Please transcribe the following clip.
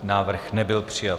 Návrh nebyl přijat.